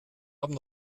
haben